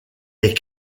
est